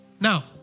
Now